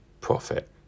profit